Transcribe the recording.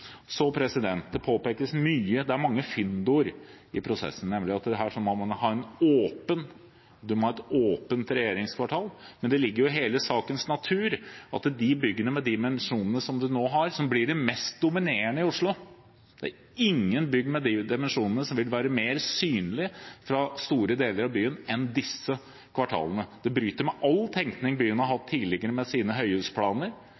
Så det påpekes mye, og det er mange fyndord i prosessen, nemlig at man her må ha «et åpent regjeringskvartal». Men det ligger jo i hele sakens natur at de byggene, med de dimensjonene som de nå har, som blir de mest dominerende i Oslo – ingen bygg med de dimensjonene vil være mer synlig fra store deler av byen enn disse kvartalene – bryter med all tenkning byen har hatt tidligere med sine høyhusplaner,